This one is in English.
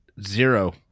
Zero